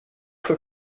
für